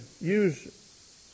use